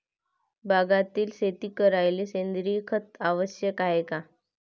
बागायती शेती करायले सेंद्रिय खत आवश्यक हाये का?